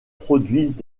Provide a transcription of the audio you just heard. produisent